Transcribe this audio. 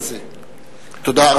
תודה.